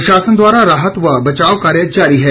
प्रशासन द्वारा राहत व बचाव कार्य जारी है